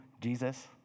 Jesus